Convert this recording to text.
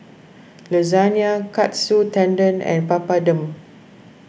Lasagna Katsu Tendon and Papadum